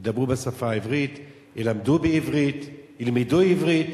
ידברו בשפה העברית, ילַמדו בעברית וילְמדו עברית,